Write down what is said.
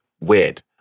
weird